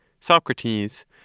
Socrates